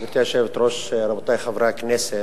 גברתי היושבת-ראש, רבותי חברי הכנסת,